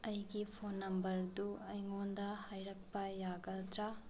ꯑꯩꯒꯤ ꯐꯣꯟ ꯅꯝꯕꯔꯗꯨ ꯑꯩꯉꯣꯟꯗ ꯍꯥꯏꯔꯛꯄ ꯌꯥꯒꯗ꯭ꯔꯥ